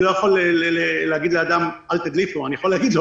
אני לא יכול להגיד לאדם: אל תדליף אני יכול להגיד לו